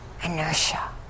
Inertia